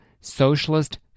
socialist